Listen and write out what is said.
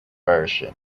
version